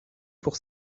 pour